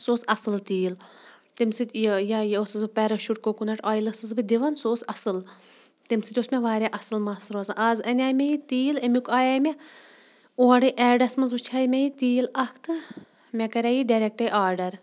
سُہ اوس اَصٕل تیٖل تَمہِ سۭتۍ یہِ یا یہِ ٲسٕس بہٕ پیراشوٗٹ کوکونَٹ آیِل ٲسٕس بہٕ دِوان سُہ اوس اَصٕل تَمہِ سۭتۍ اوس مےٚ واریاہ اَصٕل مَس روزان آز اَنے مےٚ یہِ تیٖل اَمیُک آیے مےٚ اورَے ایڈَس منٛز وٕچھے مےٚ یہِ تیٖل اَکھ تہٕ مےٚ کَرے یہِ ڈٮ۪رٮ۪کٹَے آرڈَر